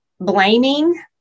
blaming